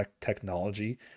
technology